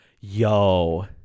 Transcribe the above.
Yo